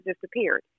disappeared